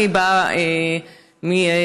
אני באה מסיור,